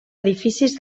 edificis